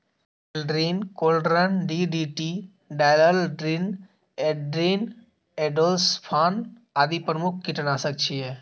Aldrin, chlordane, DDT, dieldrin, endrin, endosulfan आदि प्रमुख कीटनाशक छियै